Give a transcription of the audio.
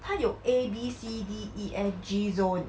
它有 A B C D E F G zone